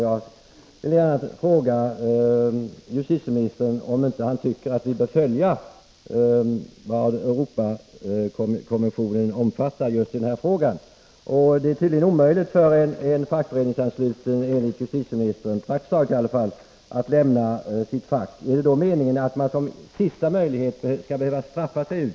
Jag vill gärna fråga justitieministern om han inte tycker att vi bör följa vad Europakommissionen omfattar just i den här frågan. Enligt justitieministern är det tydligen praktiskt taget omöjligt för en fackföreningsansluten att lämna sitt fack. Är det då meningen att man som sista möjlighet skall behöva straffa sig ut?